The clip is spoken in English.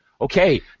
Okay